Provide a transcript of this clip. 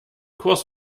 kurs